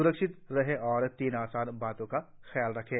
स्रक्षित रहें और तीन आसान उपायों का पालन करें